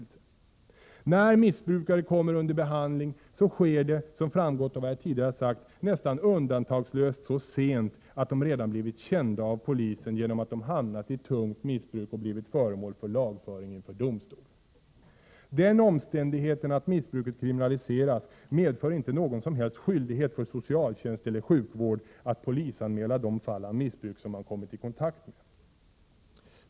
När missbrukare kommer under behandling sker det, som framgått av vad jag tidigare sagt, nästan undantagslöst så sent att de redan blivit kända av polisen genom att de hamnat i tungt missbruk och blivit föremål för lagföring inför domstol. Den omständigheten att missbruket kriminaliseras medför inte någon som helst skyldighet för socialtjänst eller sjukvård att polisanmäla de fall av missbruk som man kommer i kontakt med.